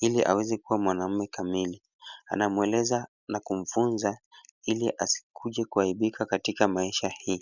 ili aweze kuwa mwanaume kamili anamueleza na kumfunza ili asikuje kuaibika katika maisha hii.